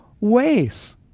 ways